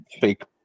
fake